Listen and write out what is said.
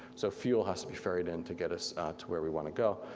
so fuel has to be ferried in to get us to where we want to go.